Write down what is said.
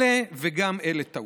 אלה וגם אלה טעו.